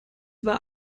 war